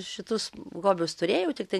šitus hobius turėjau tiktai